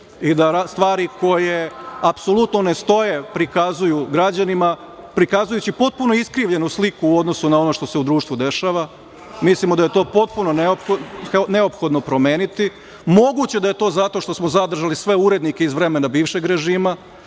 i da stvari koje apsolutno ne stoje prikazuju građanima, prikazujući potpuno iskrivljenu sliku u odnosu na ono što se u društvu dešava. Mislimo da je to neophodno promeniti. Moguće je da je to zato što smo zadržali sve urednike iz vremena bivšeg režima,